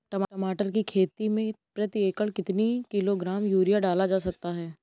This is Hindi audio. टमाटर की खेती में प्रति एकड़ कितनी किलो ग्राम यूरिया डाला जा सकता है?